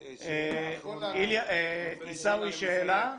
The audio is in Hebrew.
עיסאווי, שאלה.